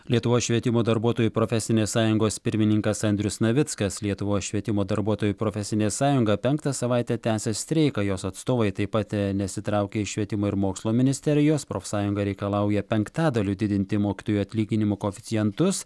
lietuvos švietimo darbuotojų profesinės sąjungos pirmininkas andrius navickas lietuvos švietimo darbuotojų profesinė sąjunga penktą savaitę tęsia streiką jos atstovai taip pat nesitraukia iš švietimo ir mokslo ministerijos profsąjunga reikalauja penktadaliu didinti mokytojų atlyginimų koeficientus